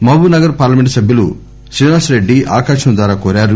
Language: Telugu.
మహబూబ్ నగర్ పార్లమెంటు సభ్యులు శ్రీనివాస్ రెడ్డి ఆకాశవాణి ద్వారా కోరారు